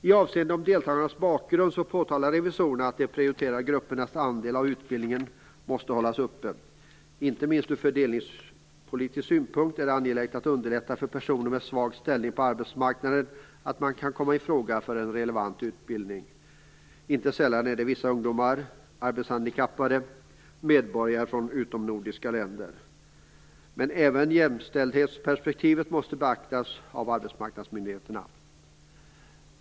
I avseende om deltagarnas bakgrund påpekar revisorerna att de prioriterade gruppernas andel av utbildningen måste hållas uppe. Inte minst från fördelningspolitisk synpunkt är det angeläget att underlätta för personer med svag ställning på arbetsmarknaden och att de kan komma i fråga för relevant utbildning. Inte sällan rör det sig om vissa ungdomar, arbetshandikappade och medborgare från utomnordiska länder. Men även jämställdhetsperspektivet måste beaktas av arbetsmarknadsmyndigheten.